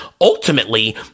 Ultimately